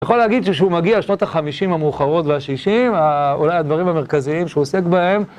אני יכול להגיד שכשהוא מגיע לשנות החמישים המאוחרות והשישים, אולי הדברים המרכזיים שהוא עוסק בהם.